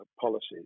policies